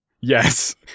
Yes